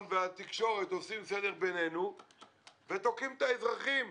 והתקשורת עושים סדר בינינו ותוקעים את האזרחים.